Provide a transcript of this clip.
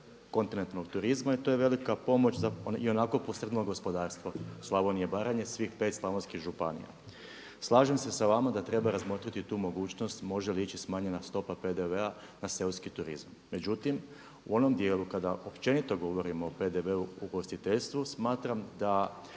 kontinentalnog turizma i to je velika pomoć za ionako posrnulo gospodarstvo Slavonije i Baranje, svih 5 slavonskih županija. Slažem se sa vama da treba razmotriti tu mogućnost može li ići smanjena stopa PDV-a na seoski turizam. Međutim, u onom dijelu kada općenito govorimo o PDV-u u ugostiteljstvu smatram da